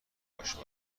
باشه